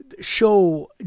show